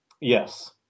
Yes